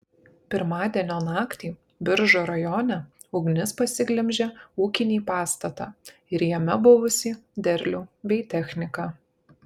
pirmadienio naktį biržų rajone ugnis pasiglemžė ūkinį pastatą ir jame buvusį derlių bei techniką